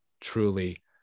truly